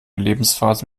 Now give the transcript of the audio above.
lebensphase